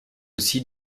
aussi